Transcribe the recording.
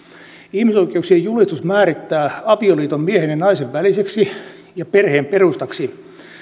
ihmisoikeuksien julistus määrittää avioliiton miehen ja naisen väliseksi ja perheen perustaksi